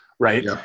right